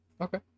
Okay